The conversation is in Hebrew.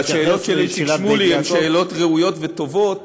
השאלות של איציק שמולי הן שאלות ראויות וטובות,